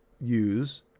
use